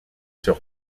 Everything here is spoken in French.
sur